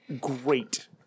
Great